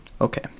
Okay